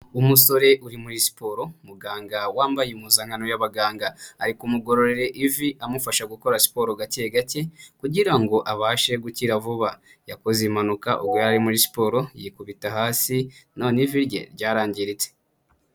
Umusore uri muri siporo, umuganga wambaye impuzankano y'abaganga, ari kumugororera ivi amufasha gukora siporo gake gake kugira ngo abashe gukira vuba, yakoze impanuka ubwo yari muri siporo yikubita hasi, none ivi rye ryarangiritse.